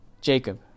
Jacob